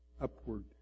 upward